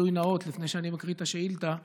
לפני שאני מקריא את השאילתה,